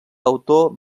autor